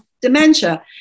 dementia